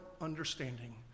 understanding